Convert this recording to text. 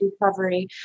recovery